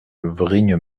vrigne